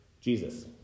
Jesus